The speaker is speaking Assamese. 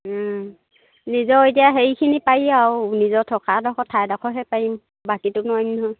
নিজৰ এতিয়া সেইখিনি পাৰি আৰু নিজৰ থকাডোখৰ ঠাইডোখৰহে পাৰি বাকীটো নোৱাৰিম নহয়